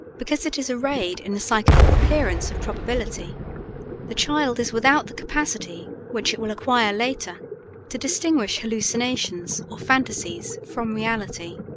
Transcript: because it is arrayed in the psychical appearance of probability the child is without the capacity which it will acquire later to distinguish hallucinations or phantasies from reality.